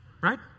right